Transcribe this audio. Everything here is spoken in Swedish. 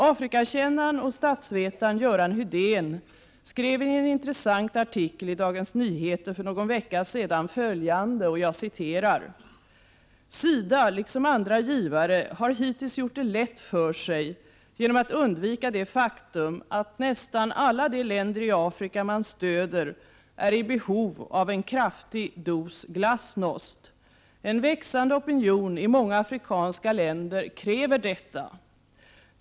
Afrikakännaren och statsvetaren Göran Hydén skrev i en intressant artikel i Dagens Nyheter för någon vecka sedan följande: ”SIDA, liksom andra givare har hittills gjort det lätt för sig genom att undvika det faktum att nästan alla de länder i Afrika man stöder är i behov av: en kraftig dos glasnost. En växande opinion i många afrikanska länder kräver detta.